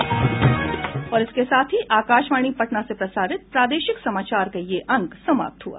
इसके साथ ही आकाशवाणी पटना से प्रसारित प्रादेशिक समाचार का ये अंक समाप्त हुआ